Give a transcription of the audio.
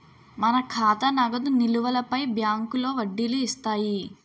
మన ఖాతా నగదు నిలువులపై బ్యాంకులో వడ్డీలు ఇస్తాయి